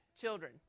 children